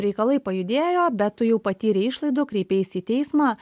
reikalai pajudėjo bet tu jau patyrei išlaidų kreipeisi į teismą